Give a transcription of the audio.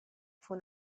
fue